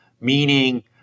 meaning